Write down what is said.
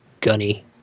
gunny